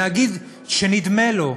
להגיד שנדמה לו,